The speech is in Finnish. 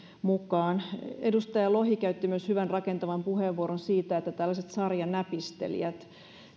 mukaan edustaja lohi käytti myös hyvän rakentavan puheenvuoron siitä että tällaiset sarjanäpistelijät